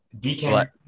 dk